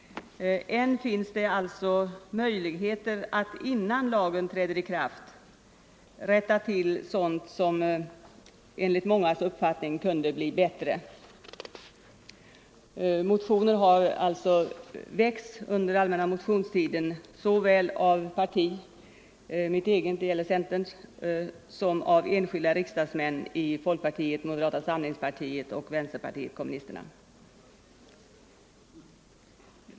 Än finns det alltså möjligheter att innan lagen träder i kraft rätta till sådant som enligt mångas uppfattning kunde bli bättre. Motioner - har väckts under allmänna motionstiden såväl av partier, det gäller centern, som av enskilda riksdagsmän i folkpartiet, moderata samlingspartiet och vänsterpartiet kommunisterna.